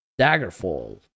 Daggerfall